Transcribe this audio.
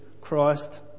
Christ